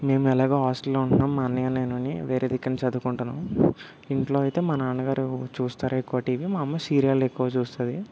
మేం ఎలాగో హాస్టల్లో ఉంట్నాం మా అన్నయ్య నేనని వేరే దికన చదువుకుంటున్నాం ఇంట్లో అయితే మా నాన్నగారు చూస్తారు ఎక్కువ టీవీ మా అమ్మ సీరియల్ ఎక్కువ చూస్తది